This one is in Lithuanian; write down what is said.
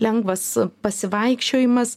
lengvas pasivaikščiojimas